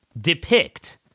depict